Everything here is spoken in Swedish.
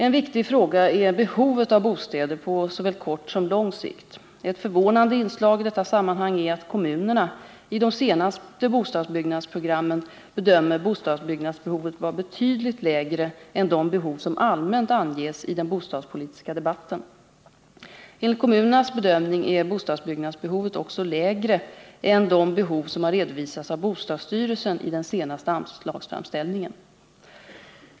En viktig fråga är behovet av bostäder på såväl kort som lång sikt. Ett förvånande inslag i detta sammanhang är att kommunerna i de senaste bostadsbyggnadsprogrammen bedömer bostadsbyggnadsbehovet vara betydligt mindre än de behov som allmänt anges i den bostadspolitiska debatten. Enligt kommunernas bedömning är bostadsbyggnadsbehovet också lägre än de behov som har redovisats av bostadsstyrelsen i den senaste anslagsframställningen.